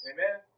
Amen